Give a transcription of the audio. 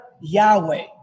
Yahweh